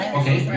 okay